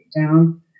down